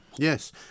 Yes